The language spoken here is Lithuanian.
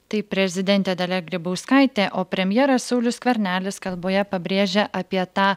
tai prezidentė dalia grybauskaitė o premjeras saulius skvernelis kalboje pabrėžė apie tą